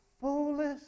foolish